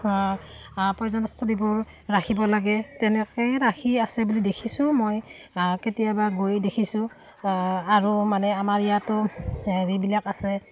পৰ্যটনস্থলীবোৰ ৰাখিব লাগে তেনেকৈয়ে ৰাখি আছে বুলি দেখিছোঁ মই কেতিয়াবা গৈ দেখিছোঁ আৰু মানে আমাৰ ইয়াতো হেৰিবিলাক আছে